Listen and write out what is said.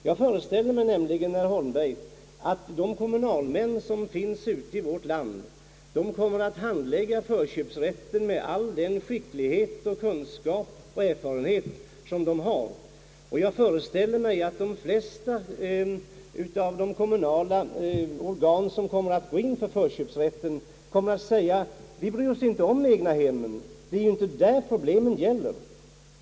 Jag föreställer mig att kommunalmän ute i vårt land kommer att handlägga förköpsrätten med all den skicklighet, kunskap och erfarenhet som de besitter, och jag föreställer mig att de flesta av de kommunala organen som kommer att utnyttja förköpsrätten inte kommer att bry sig om att tillämpa den på egnahemmen — det är ju inte dem problemet gäller.